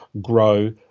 grow